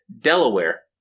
Delaware